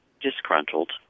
disgruntled